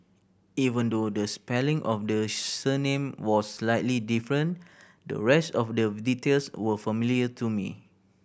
even though the spelling of the surname was slightly different the rest of the details were familiar to me